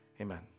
Amen